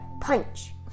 punch